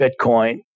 Bitcoin